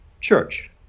church